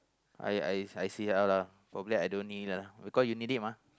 I I I see how lah hopefully I don't need it lah because you need it mah